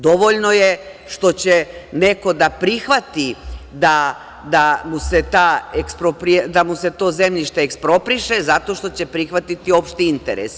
Dovoljno je što će neko da prihvati da mu se to zemljište ekspropriše, zato što će se prihvatiti opšti interesi.